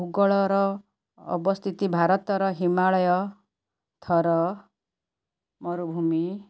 ଭୂଗୋଳର ଅବସ୍ଥିତି ଭାରତର ହିମାଳୟ ଥର୍ ମରୁଭୂମି